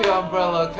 umbrella